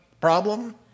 problem